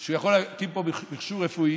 שהוא יכול להקים פה מכשור רפואי